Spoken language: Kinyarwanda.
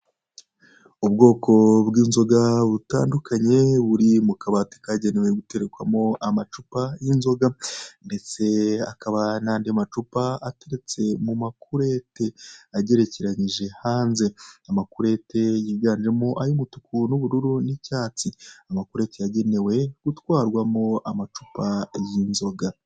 Ubwoko bw'inzoga butandukanye buri mu kabati kagenewe guterekwamo amacupa y'inzoga ndetse akaba n'andi macupa aturutse mu makurete agerekeranyije hanze, amakurute yiganjemo ay'umutuku n'ubururu n'icyatsi, amakurete yagenewe gutwarwamo amacupa y'inzoga.